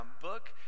Book